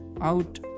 out